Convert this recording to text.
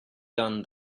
done